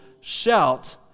shout